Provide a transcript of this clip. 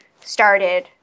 started